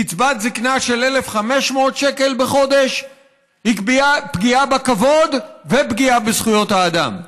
קצבת זקנה של 1,500 שקל בחודש היא פגיעה בכבוד ופגיעה בזכויות האדם.